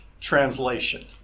translation